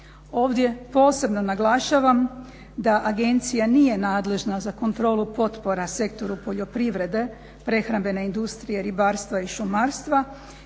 Ovdje posebno naglašavam da agencija nije nadležna za kontrolu potpora sektoru poljoprivrede, prehrambene industrije, ribarstva i šumarstva